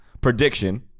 prediction